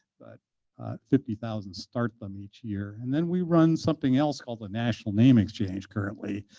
but fifty thousand start them each year. and then we run something else called the national name exchange currently,